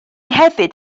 hefyd